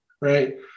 right